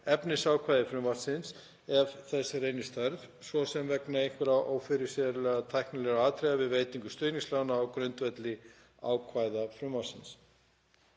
efnisákvæði frumvarpsins ef þess reynist þörf, svo sem vegna einhverra ófyrirséðra tæknilegra atriða við veitingu stuðningslána á grundvelli ákvæða frumvarpsins.